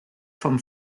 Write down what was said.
vom